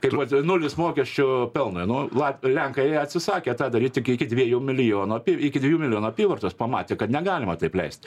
kaip vat nulis mokesčių pelnui nu lat lenkai atsisakė tą daryt tik iki dviejų milijonų apy iki dviejų milijonų apyvartos pamatė kad negalima taip leist